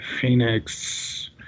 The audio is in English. Phoenix